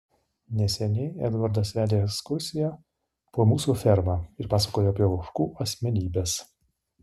neseniai edvardas vedė ekskursiją po mūsų fermą ir pasakojo apie ožkų asmenybes